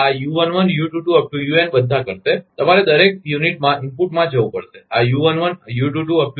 unn બધા કરશે તમારે દરેક એકમના ઇનપુટમાં જવું પડશે આ u11 u22